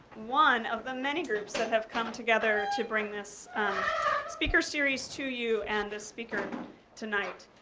one of the many groups that have come together to bring this speaker series to you and this speaker tonight.